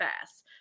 fast